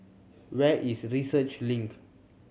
where is Research Link